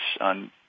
on